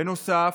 בנוסף,